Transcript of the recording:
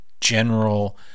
general